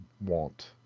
want